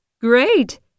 Great